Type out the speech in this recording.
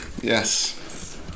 Yes